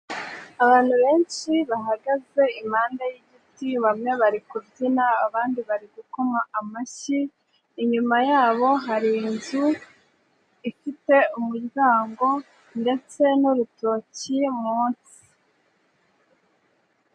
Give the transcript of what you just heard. Abantu benshi bahagaze impande y'igiti bamwe bari kubyina abandi bari gukoma amashyi, inyuma yabo hari inzu ifite umuryango ndetse n'urutoki munsi.